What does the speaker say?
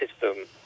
system